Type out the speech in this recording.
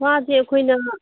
ꯋꯥꯁꯦ ꯑꯩꯈꯣꯏꯅ